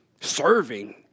Serving